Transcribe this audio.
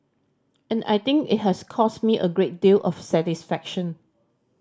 and I think it has caused me a great deal of satisfaction